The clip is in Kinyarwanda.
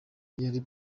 yari